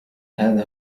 هذا